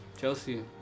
Chelsea